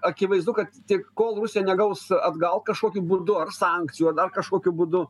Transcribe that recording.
akivaizdu kad tik kol rusija negaus atgal kažkokiu būdu ar sankcijų ar dar kažkokiu būdu